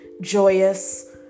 joyous